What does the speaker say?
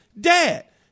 dad